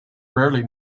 rarely